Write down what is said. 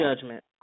judgment